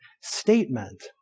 statement